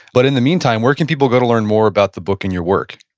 but in the meantime, where can people go to learn more about the book and your work?